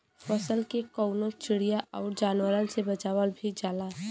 फसल के कउनो चिड़िया आउर जानवरन से बचावल भी जाला